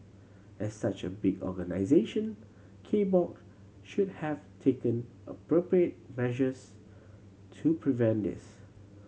as such a big organisation K Box should have taken appropriate measures to prevent this